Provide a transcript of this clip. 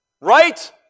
right